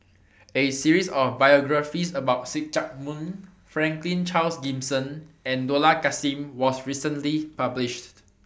A series of biographies about See Chak Mun Franklin Charles Gimson and Dollah Kassim was recently published